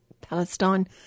Palestine